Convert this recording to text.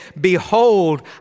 Behold